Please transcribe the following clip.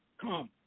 Come